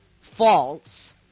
false